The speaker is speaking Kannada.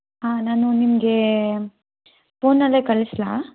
ಹಾಂ ನಾನು ನಿಮ್ಗೆ ಫೋನಲ್ಲೇ ಕಳಿಸ್ಲಾ